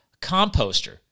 composter